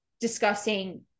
discussing